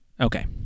Okay